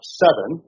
seven